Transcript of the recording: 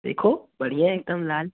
देखो बढ़िया है एक दम लाल